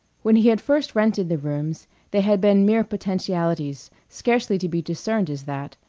when he had first rented the rooms they had been mere potentialities, scarcely to be discerned as that,